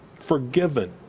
forgiven